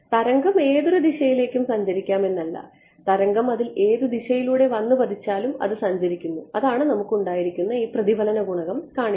തരംഗം ഏതൊരു ദിശയിലേക്കും സഞ്ചരിക്കാം എന്നല്ല തരംഗം അതിൽ ഏത് ദിശയിലൂടെ വന്നു പതിച്ചാലും അത് സഞ്ചരിക്കുന്നു അതാണ് നമുക്ക് ഉണ്ടായിരുന്ന ഈ പ്രതിഫലന ഗുണകം കാണിച്ചത്